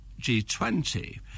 G20